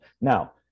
Now